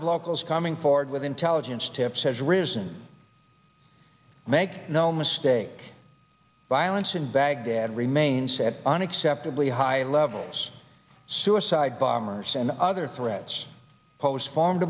of locals coming forward with intelligence tips has risen make no mistake violence in baghdad remains at unacceptably high levels suicide bombers in other threads pose farm